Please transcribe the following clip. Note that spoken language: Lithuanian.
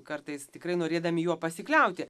kartais tikrai norėdami juo pasikliauti